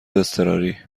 اضطراری